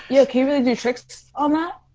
yo, can really do tricks on that?